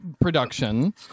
production